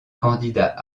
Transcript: candidat